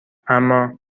اما